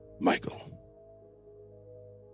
Michael